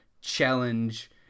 challenge